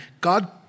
God